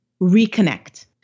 reconnect